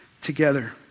together